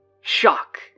shock